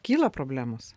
kyla problemos